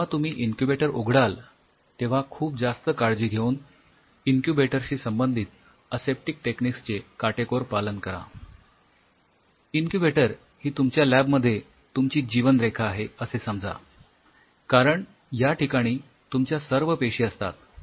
जेव्हा तुम्ही इन्क्युबेटर उघडाल तेव्हा खूप जास्त काळजी घेऊन इन्क्युबेटर शी संबंधित असेप्टिक टेक्निक्स चे काटेकोर पालन करा इन्क्युबेटर ही तुमच्या लॅबमध्ये तुमची जीवनरेखा आहे असे समजा कारण ह्या ठिकाणी तुमच्या सर्व पेशी असतात